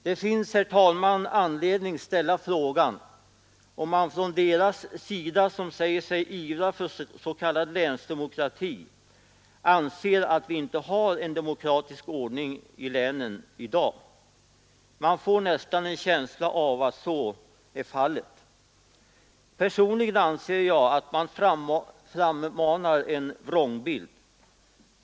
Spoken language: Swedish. Det finns, herr talman, anledning ställa frågan om man från deras sida som säger sig ivra för s.k. länsdemokrati anser att vi inte har en demokratisk ordning i länen i dag. Man får nästan en känsla av att så är fallet. Personligen anser jag att man frammanar en vrångbild.